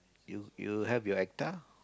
you you have your hectre